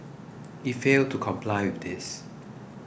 it failed to comply with this